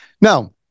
now